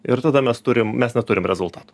ir tada mes turim mes neturim rezultatų